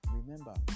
Remember